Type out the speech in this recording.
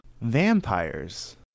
Vampires